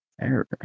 Error